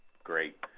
great.